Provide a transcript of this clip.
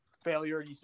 failure